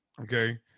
okay